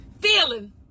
feeling